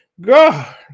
God